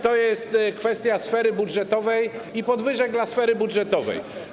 To jest kwestia sfery budżetowej i podwyżek dla sfery budżetowej.